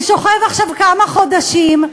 ושוכב עכשיו כמה חודשים,